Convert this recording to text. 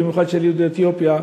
במיוחד ליהודי אתיופיה,